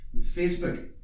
Facebook